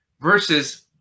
Versus